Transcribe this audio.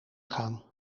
gaan